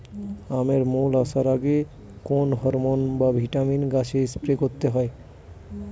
আমের মোল আসার আগে কোন হরমন বা ভিটামিন গাছে স্প্রে করতে হয়?